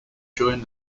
joined